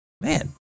Man